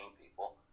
people